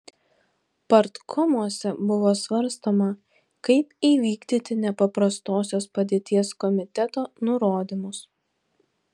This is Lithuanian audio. partkomuose buvo svarstoma kaip įvykdyti nepaprastosios padėties komiteto nurodymus